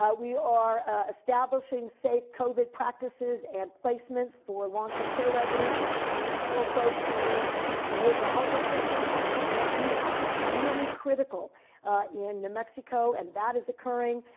ah we are establishing safe covid practices and placements for long-term care residents and for folks who need behavioral health assistance and detox. really critical in new mexico. and that is occurring.